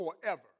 forever